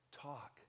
talk